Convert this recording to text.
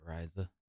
Riza